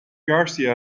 garcia